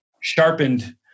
sharpened